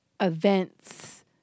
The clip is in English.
events